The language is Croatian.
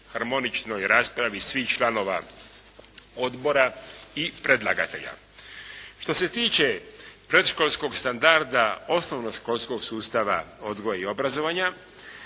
harmoničnoj raspravi svih članova odbora i predlagatelja. Što se tiče predškolskog standarda osnovnoškolskog sustava odgoja i obrazovanja,